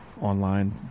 online